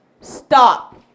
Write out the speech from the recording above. stop